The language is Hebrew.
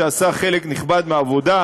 שעשה חלק נכבד מהעבודה,